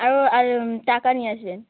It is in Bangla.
আরো আর টাকা নিয়ে আসবেন